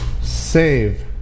Save